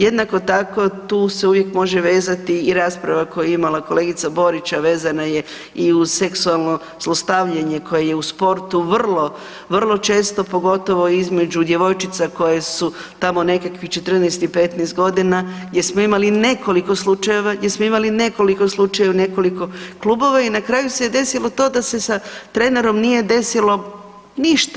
Jednako tako tu se uvijek može vezati i rasprava koju je imala kolegica Borić, a vezana je iz seksualno zlostavljanje koje je u sportu vrlo često pogotovo između djevojčica koje su tamo nekakvih 14 i 15 godina gdje smo imali nekoliko slučajeva, gdje smo imali nekoliko slučajeva u nekoliko klubova i na kraju se desilo to da se sa trenerom nije desilo ništa.